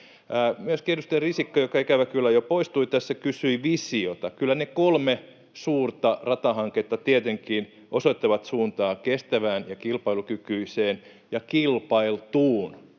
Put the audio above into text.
Myöskin edustaja Risikko, joka ikävä kyllä jo poistui, tässä kysyi visiota. Kyllä ne kolme suurta ratahanketta tietenkin osoittavat suuntaa kestävään ja kilpailukykyiseen ja kilpailtuun